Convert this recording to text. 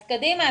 אז קדימה,